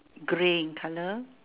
grey in colour